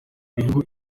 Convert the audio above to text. ibihugu